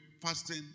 fasting